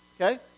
Okay